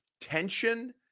tension